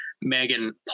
megan